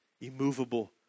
immovable